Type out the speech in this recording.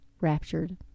Raptured